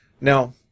Now